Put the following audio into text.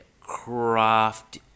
craft